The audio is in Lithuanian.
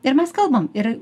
ir mes kalbam ir